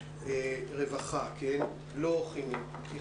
רווחה, לא חינוך, כן?